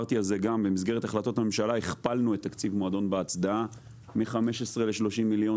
במסגרת החלטות הממשלה הכפלנו את תקציב מועדון בהצדעה מ-15 ל-30 מיליון